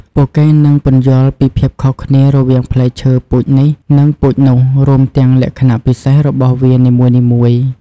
ពួកគេនឹងពន្យល់ពីភាពខុសគ្នារវាងផ្លែឈើពូជនេះនិងពូជនោះ រួមទាំងលក្ខណៈពិសេសរបស់វានីមួយៗ។